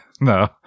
No